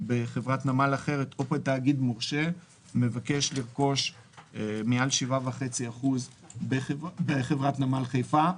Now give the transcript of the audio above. בחברת נמל אחרת או בתאגיד מורשה מבקש לרכוש מעל 7.5% בחברת נמל חיפה.